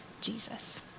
Jesus